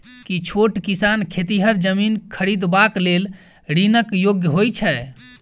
की छोट किसान खेतिहर जमीन खरिदबाक लेल ऋणक योग्य होइ छै?